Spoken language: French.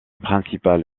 principale